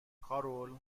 کارول